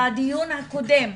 בדיון הקודם,